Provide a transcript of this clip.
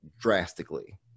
drastically